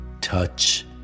touch